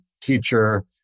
teacher